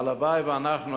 הלוואי שאנחנו,